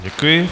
Děkuji.